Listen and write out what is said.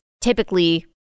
typically